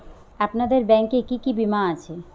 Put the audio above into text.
আপনাদের ব্যাংক এ কি কি বীমা আছে?